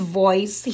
voice